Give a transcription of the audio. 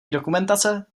dokumentace